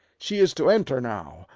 she is to enter now,